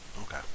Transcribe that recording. Okay